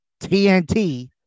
TNT